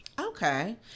Okay